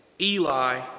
Eli